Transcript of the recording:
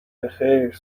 بخیر